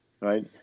right